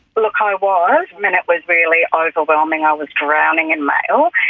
look, um i was, and it was really ah like overwhelming, i was drowning in mail.